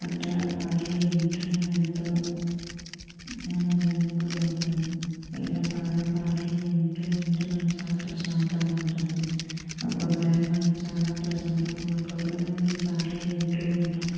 కట్ట పాటలు వింటూ మేము ఎంతో ఆనందానికి గురి అవుతాము వీళ్ళు పాడే పాటలు వింటూ ఉంటే మనసు చాలా ప్రశాంతంగా ఉంటుంది ఒక్కొక్కసారి మన చాలా ప్రశాంతంగా ఉన్నప్పుడు కూడా మేము వీళ్ళ పాటలు ఇంటూ ఉంటాము